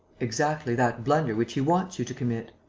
exactly that blunder which he wants you to commit.